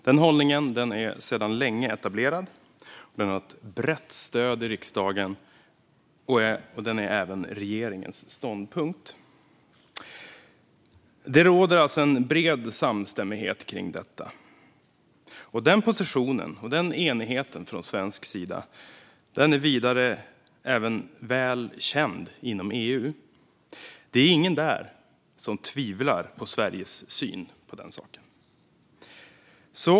Den hållningen är sedan länge etablerad, och den har ett brett stöd i riksdagen och är även regeringens ståndpunkt. Det råder alltså en bred samstämmighet om detta. Den positionen och enigheten från svensk sida är väl känd inom EU. Det är ingen där som tvivlar på Sveriges syn på den saken.